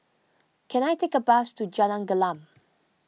can I take a bus to Jalan Gelam